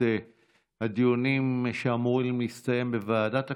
הדיונים שאמורים להסתיים בוועדת הכנסת,